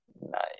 nice